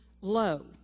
low